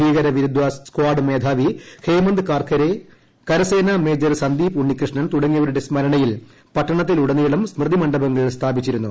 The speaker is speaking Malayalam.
ഭീകരവിരുദ്ധ സ്കാഡ് മേധാവി ഹേമന്ത് കാർക്കരെ കരസേന മേജർ സന്ദീപ് ഉണ്ണിക്കൃഷ്ണൻ തുടങ്ങിയവരുടെ സ്മരണയിൽ പട്ടണത്തിലുടനീളം സ്മൃതി മണ്ഡപങ്ങൾ സ്ഥാപിച്ചിരുന്നു